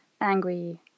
angry